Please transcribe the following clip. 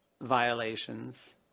violations